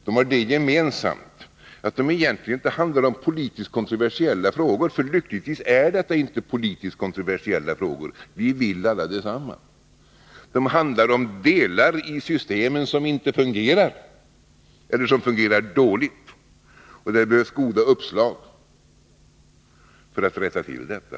De har det gemensamt att de egentligen inte handlar om politiskt kontroversiella frågor, utan det gäller frågor där vi lyckligtvis alla vill detsamma. De handlar om delar i systemen som inte fungerar eller som fungerar dåligt och där det behövs goda uppslag för att rätta till bristerna.